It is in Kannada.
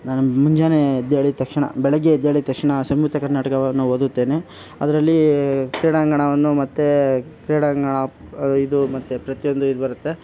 ನಾನು ಮುಂಜಾನೆ ಎದ್ದೇಳಿದ ತಕ್ಷಣ ಬೆಳಗ್ಗೆ ಎದ್ದೇಳಿದ ತಕ್ಷಣ ಸಂಯುಕ್ತ ಕರ್ನಾಟಕವನ್ನು ಓದುತ್ತೇನೆ ಅದರಲ್ಲಿ ಕ್ರೀಡಾಂಗಣವನ್ನು ಮತ್ತು ಕ್ರೀಡಾಂಗಣ ಇದು ಮತ್ತು ಪ್ರತ್ಯೊಂದು ಇದು ಬರುತ್ತೆ